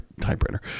typewriter